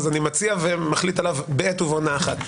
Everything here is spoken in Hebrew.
אז אני מציע ומחליט עליו בעת ובעונה אחת,